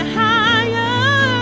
higher